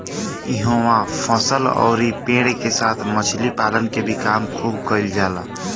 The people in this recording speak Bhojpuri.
इहवा फसल अउरी पेड़ के साथ मछली पालन के भी काम खुब कईल जाला